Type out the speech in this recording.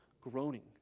groaning